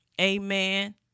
Amen